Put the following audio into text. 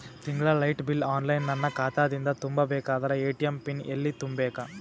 ತಿಂಗಳ light bill online ನನ್ನ ಖಾತಾ ದಿಂದ ತುಂಬಾ ಬೇಕಾದರ ಎ.ಟಿ.ಎಂ ಪಿನ್ ಎಲ್ಲಿ ತುಂಬೇಕ?